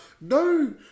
no